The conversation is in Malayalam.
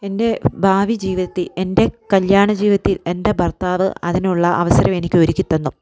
എൻ്റെ ഭാവി ജീവിതത്തിൽ എൻ്റെ കല്ല്യാണ ജീവിതത്തിൽ എൻ്റെ ഭർത്താവ് അതിനുള്ള അവസരം എനിക്കൊരുക്കി തന്നു